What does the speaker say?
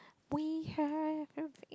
we have a v~